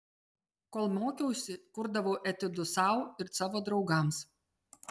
kol mokiausi kurdavau etiudus sau ir savo draugams